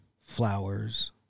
flowers